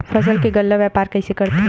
फसल के गल्ला व्यापार कइसे करथे?